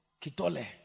Kitole